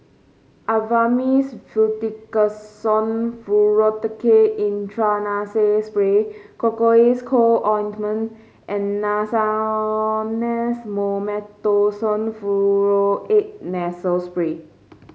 Avamys Fluticasone Furoate Intranasal Spray Cocois Co Ointment and Nasonex Mometasone Furoate Nasal Spray